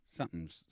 Something's